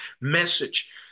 message